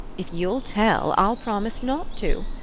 if you'll tell i'll promise not to.